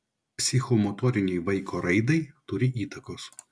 psichomotorinei vaiko raidai turi įtakos